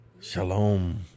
Shalom